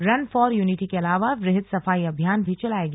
run for unity के अलावा वहद सफाई अभियान भी चलाया गया